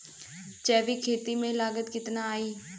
जैविक खेती में लागत कितना आई?